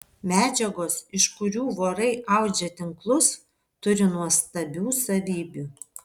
medžiagos iš kurių vorai audžia tinklus turi nuostabių savybių